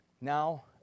now